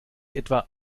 etwa